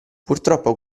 purtroppo